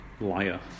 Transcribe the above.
Liar